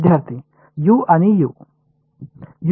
विद्यार्थी U आणि U